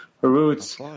roots